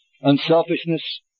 unselfishness